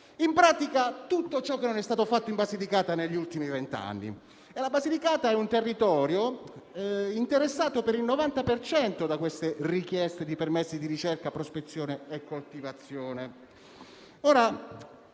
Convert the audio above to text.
in pratica, tutto ciò che non è stato fatto in Basilicata negli ultimi vent'anni. Ricordo che la Basilicata è un territorio interessato per il 90 per cento da richieste di permessi di ricerca, prospezione e coltivazione